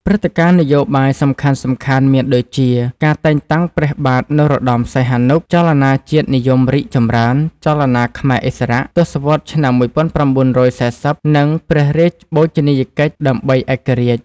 ព្រឹត្តិការណ៍នយោបាយសំខាន់ៗ មានដូចជា ការតែងតាំងព្រះបាទនរោត្ដម សីហនុ ចលនាជាតិនិយមរីកចម្រើន ចលនាខ្មែរឥស្សរៈ ទសវត្សរ៍ឆ្នាំ១៩៤០ និងព្រះរាជបូជនីយកិច្ចដើម្បីឯករាជ្យ ។